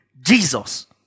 Jesus